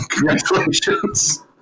congratulations